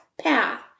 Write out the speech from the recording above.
path